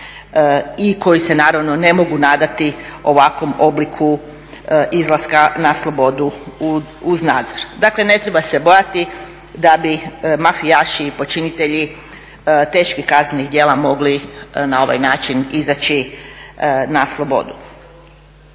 i koji se naravno ne mogu nadati ovakvom obliku izlaska na slobodu uz nadzor. Dakle ne treba se bojati da bi mafijaši i počinitelji teških kaznenih djela mogli na ovaj način izaći na slobodu.